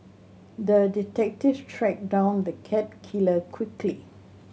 the detective tracked down the cat killer quickly